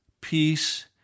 peace